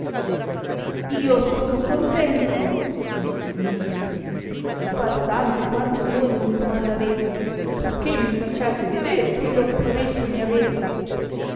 io sono contento disse dimitrio di far tanto quanto voi mi comandarete pur che mi facciate veder quello che promesso mi avete